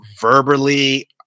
verbally